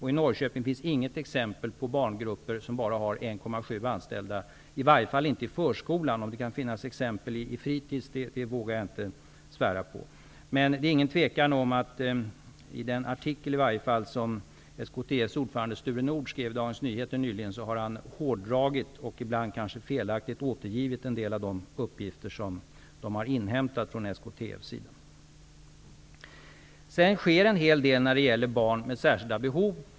I Norrköping finns det inget exempel på barngrupper med bara 1,7 anställda, i varje fall inte i förskolan. Beträffande fritidsverksamheten vågar jag inte svära på hur det är. Det råder inget tvivel i varje fall beträffande den artikel i Dagens Nyheter som SKTF:s ordförande Sture Nordh nyligen skrev. I artikeln har han hårdragit och ibland kanske felaktigt återgivit en del av de uppgifter som inhämtats från SKTF:s sida. En hel del saker sker när det gäller barn med särskilda behov.